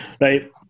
right